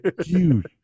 Huge